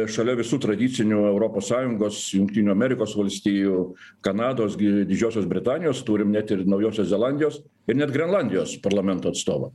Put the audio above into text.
šalia visų tradicinių europos sąjungos jungtinių amerikos valstijų kanados gi didžiosios britanijos turim net ir naujosios zelandijos ir net grenlandijos parlamento atstovą